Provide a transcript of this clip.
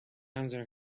answer